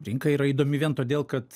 rinka yra įdomi vien todėl kad